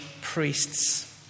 priests